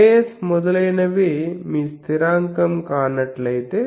space మొదలైనవి మీ స్థిరాంకం కానట్లయితే